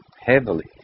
heavily